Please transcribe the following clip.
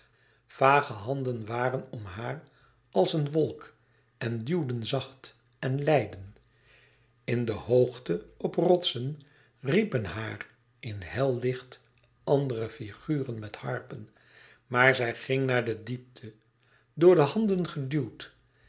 vage handen waren om haar als een wolk en duwden zacht en leidden in de hoogte op hooge rotsen riepen haar in hel licht andere figuren met harpen maar zij ging naar de diepte door de handen geduwd